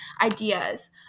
ideas